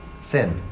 Sin